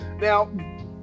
Now